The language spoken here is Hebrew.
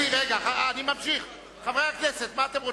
אני ממשיך, חברי, מה אתם רוצים?